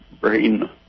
brain